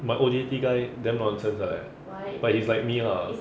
my O_D_T guy damn nonsense eh but is like me lah